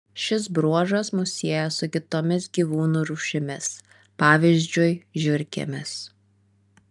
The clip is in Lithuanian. šis bruožas mus sieja su kitomis gyvūnų rūšimis pavyzdžiui žiurkėmis